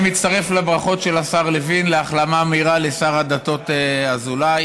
אני מצטרף לברכות של השר לוין להחלמה מהירה לשר הדתות אזולאי.